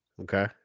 Okay